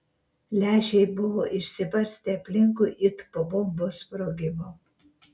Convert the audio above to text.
lęšiai buvo išsibarstę aplinkui it po bombos sprogimo